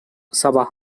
sabah